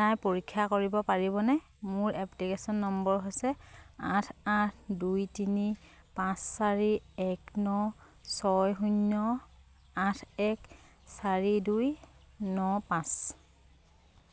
নাই পৰীক্ষা কৰিব পাৰিবনে মোৰ এপ্লিকেচন নম্বৰ হৈছে আঠ আঠ দুই তিনি পাঁচ চাৰি এক ন ছয় শূন্য আঠ এক চাৰি দুই ন পাঁচ